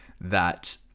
that-